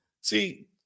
See